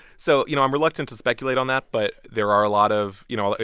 so, you know, i'm reluctant to speculate on that. but there are a lot of you know, ah